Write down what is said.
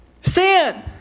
sin